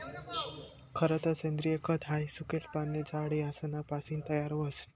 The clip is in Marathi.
खरतर सेंद्रिय खत हाई सुकेल पाने, झाड यासना पासीन तयार व्हस